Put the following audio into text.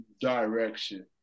direction